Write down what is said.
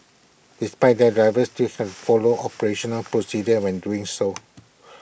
despite that drivers stills have follow operational procedures when doing so